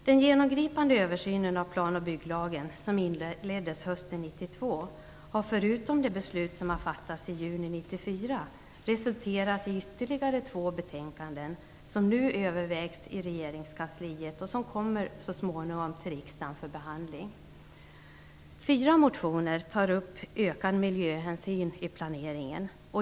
Den genomgripande översynen av plan och bygglagen som inleddes hösten 1992 har förutom det beslut som fattades i juni 1994 resulterat i ytterligare två betänkanden som nu övervägs i regeringskansliet och som så småningom kommer till riksdagen för behandling. Fyra motioner tar upp ökad miljöhänsyn i planeringen.